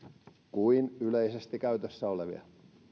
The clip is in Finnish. kuin yleisesti käytössä olevia